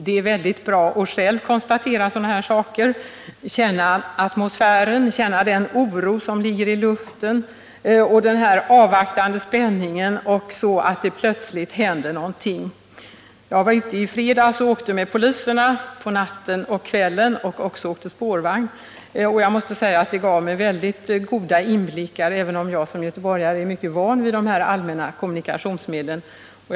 Det är bra att själv konstatera sådana här saker, att känna atmosfären, känna den oro som ligger i luften och den avvaktande spänningen och vara med om att det plötsligt händer någonting. Jag var ute i fredags och åkte med poliserna på kvällen och på natten och jag åkte också spårvagn. Även om jag som göteborgare är van vid våra allmänna kommunikationsmedel måste jag säga att det gav mig goda inblickar.